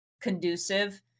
conducive